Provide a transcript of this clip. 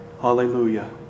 Hallelujah